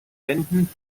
wänden